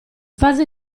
fase